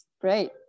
Great